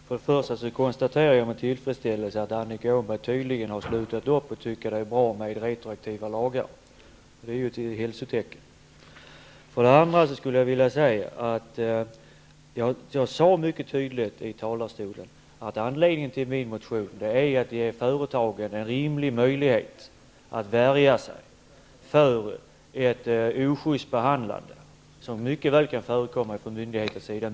Herr talman! För det första konstaterar jag med tillfredsställelse att Annika Åhnberg tydligen har slutat att tycka att det är bra med retroaktiva lagar. Det är ett hälsotecken. För det andra skulle jag vilja påpeka, att jag sade mycket tydligt i talarstolen att anledningen till min motion är att jag vill ge företagen en rimlig möjlighet att värja sig för en ojust behandling, som mycket väl kan förekomma från myndigheters sida.